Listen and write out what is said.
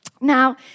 Now